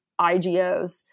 IGOs